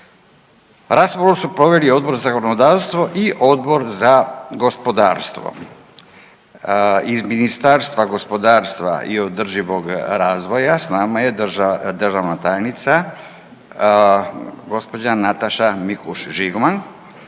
Raspravu su proveli Odbor za zakonodavstvo i Odbor za gospodarstvo. Iz Ministarstva gospodarstva i održivoga razvoja s nama je državna tajnica gđa. Nataša Mikuš Žigman